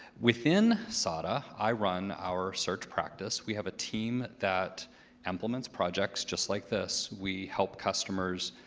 within sada, i run our search practice. we have a team that implements projects just like this. we help customers